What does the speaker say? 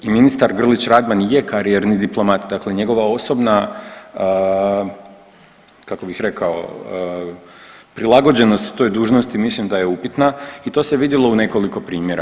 I ministar Grlić Radman je karijerni diplomat, dakle njegova osobna kako bih rekao prilagođenost toj dužnosti mislim da je upitna i to se vidjelo u nekoliko primjera.